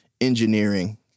engineering